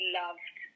loved